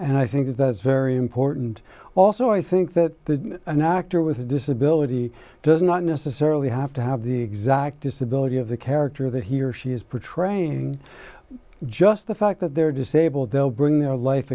and i think that's very important also i think that the an actor with a disability does not necessarily have to have the exact disability of the character that he or she is portraying just the fact that they're disabled they'll bring their life